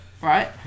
right